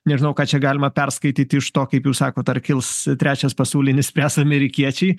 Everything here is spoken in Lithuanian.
nežinau ką čia galima perskaityti iš to kaip jūs sakot ar kils trečias pasaulinis spręs amerikiečiai